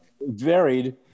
varied